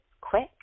quick